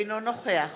אינו נוכח